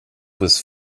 was